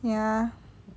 ya